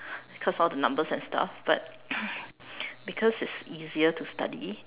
cause all the numbers and stuff but because it's easier to study